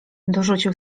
dorzucił